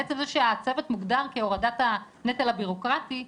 מעצם זה שהצוות מוגדר כהורדת הנטל הבירוקרטי,